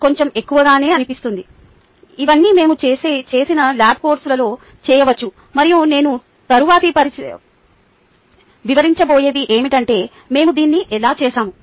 కొంచెం ఎక్కువగానే అనిపిస్తుంది ఇవన్నీ మేము చేసిన ల్యాబ్ కోర్సులో చేయవచ్చు మరియు నేను తరువాత వివరించబోయేది ఏమిటంటే మేము దీన్ని ఎలా చేశాము